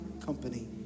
company